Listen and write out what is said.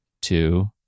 two